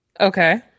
Okay